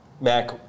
Mac